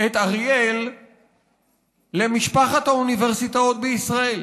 את אריאל למשפחת האוניברסיטאות בישראל.